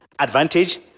advantage